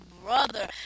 brother